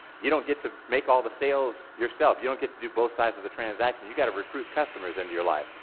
you don't get to make all the sales yourself, you don't get to do both sides of the transaction, you have to recruit customers into your life.